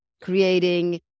creating